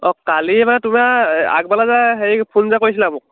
অঁ কালি মানে তোমাৰ আগবেলা যে হেৰি ফোন যে কৰিছিলা মোক